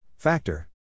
Factor